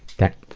that,